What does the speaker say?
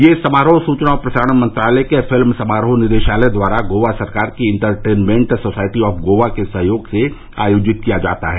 यह समारोह सूचना और प्रसारण मंत्रालय के फिल्म समारोह निदेशालय द्वारा गोवा सरकार की इंटरटेनमेंट सोसायटी ऑफ गोवा के सहयोग से आयोजित किया जाता है